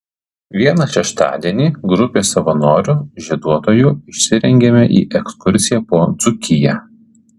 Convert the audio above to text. vieną šeštadienį grupė savanorių žieduotojų išsirengėme į ekskursiją po dzūkiją